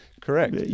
Correct